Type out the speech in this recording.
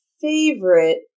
favorite